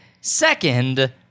second